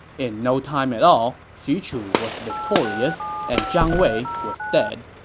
in no time at all, xu chu was victorious and zhang wei was dead.